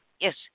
yes